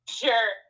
sure